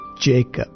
Jacob